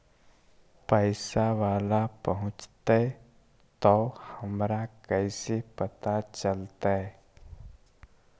पैसा बाला पहूंचतै तौ हमरा कैसे पता चलतै?